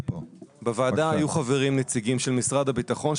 בוועדה היו חברים נציגים של משרד הביטחון,